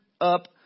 up